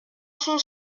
son